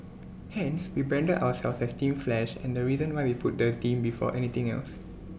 hence we branded ourselves as team flash and the reason why we put the team before anything else